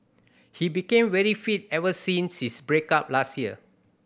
he became very fit ever since his break up last year